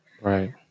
Right